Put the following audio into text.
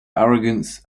arrogance